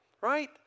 right